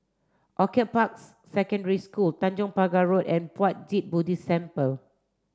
Orchid Parks Secondary School Tanjong Pagar Road and Puat Jit Buddhist Temple